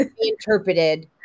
interpreted